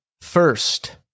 first